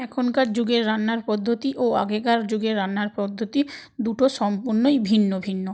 এখনকার যুগের রান্নার পদ্ধতি ও আগেকার যুগের রান্নার পদ্ধতি দুটো সম্পূর্ণই ভিন্ন ভিন্ন